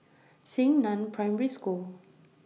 Xingnan Primary School